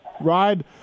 ride